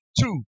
two